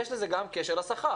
יש לזה גם קשר לשכר.